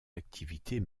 activités